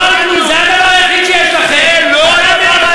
אתם שונאים את הציבור